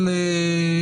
אתמול.